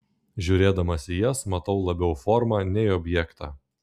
žiūrėdamas į jas matau labiau formą nei objektą